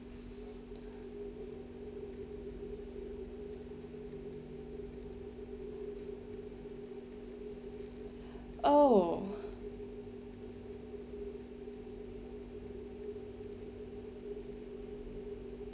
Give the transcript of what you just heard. oh